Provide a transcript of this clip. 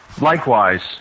Likewise